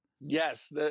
Yes